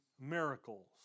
miracles